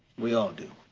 we all do.